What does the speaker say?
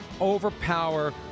overpower